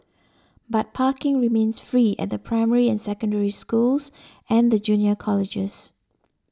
but parking remains free at the primary and Secondary Schools and the junior colleges